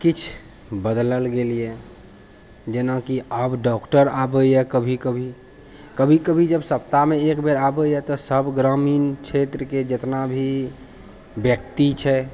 किछु बदलल गेल यऽ जेनाकि आब डॉक्टर आबै यऽ कभी कभी कभी कभी जब सप्ताहमे एक बेर आबै तब सब ग्रामीण क्षेत्रके जितना भी व्यक्ति छै